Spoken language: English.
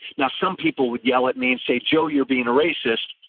now, some people would yell at me and say, joe, you're being a racist.